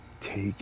Take